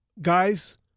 guys